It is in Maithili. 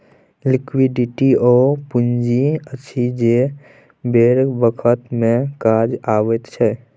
लिक्विडिटी ओ पुंजी अछि जे बेर बखत मे काज अबैत छै